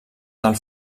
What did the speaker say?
del